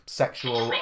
sexual